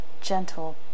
gentle